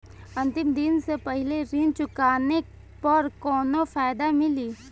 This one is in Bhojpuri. अंतिम दिन से पहले ऋण चुकाने पर कौनो फायदा मिली?